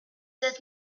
êtes